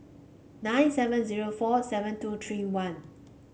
nine seven zero four seven two three one